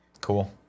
Cool